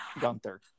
Gunther